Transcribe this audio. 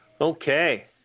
Okay